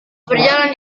berjalan